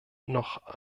noch